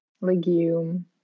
Legume